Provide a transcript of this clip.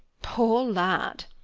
poor lad!